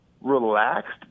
relaxed